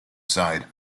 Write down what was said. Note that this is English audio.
side